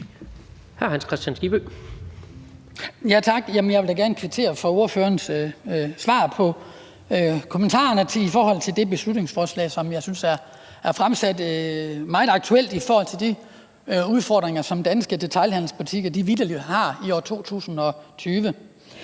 Jeg vil da gerne kvittere for ordførerens svar på kommentarerne til det her beslutningsforslag, som jeg synes er meget aktuelt i forhold til de udfordringer, som danske detailhandelsbutikker vitterlig har i år 2020.